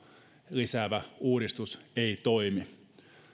lisäävä uudistus ei toimi